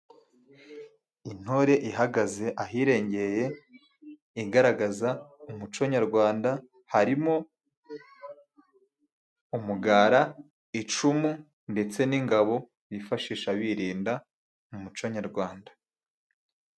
Intore ihagaze ahirengeye igaragaza umuco nyarwanda harimo umugara, icumu, ndetse n'ingabo bifashisha birinda mu muco nyarwanda.